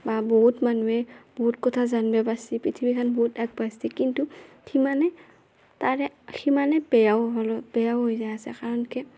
বা বহুত মানুহে বহুত কথা জানবা পাৰছি পৃথিৱীখান বহুত আগবাঢ়ছি কিন্তু সিমানে তাৰে সিমানে বেয়াও হ'ল বেয়াও হৈ যাই আছে কাৰণ কিয়া